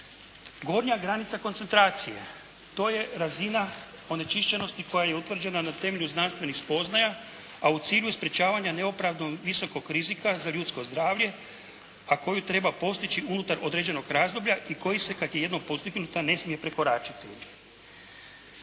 Gornja granica koncentracije to je razina onečišćenosti koja je utvrđena na temelju znanstvenih spoznaja, a u cilju sprječavanja neopravdano visokog rizika za ljudsko zdravlje, a koju treba postići unutar određenog razdoblja i koji se kad je jednom postignuta ne smije prekoračiti.